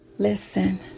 Listen